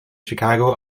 chicago